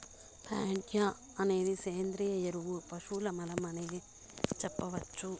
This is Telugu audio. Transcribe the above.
ప్యాడ అనేది సేంద్రియ ఎరువు పశువుల మలం అనే సెప్పొచ్చు